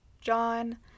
John